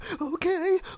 Okay